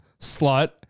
slut